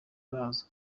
arazwi